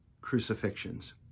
crucifixions